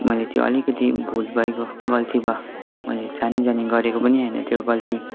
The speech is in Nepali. मैले अलिकति त्यो भूल भइगयो गल्ती भयो मैले जानी जानी गरेको पनि होइन त्यो गल्ती